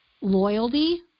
loyalty